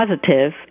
positive